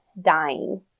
dying